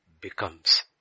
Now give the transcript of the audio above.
becomes